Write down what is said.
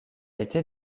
été